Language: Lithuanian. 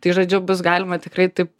tai žodžiu bus galima tikrai taip